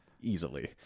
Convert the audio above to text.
easily